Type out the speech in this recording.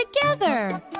together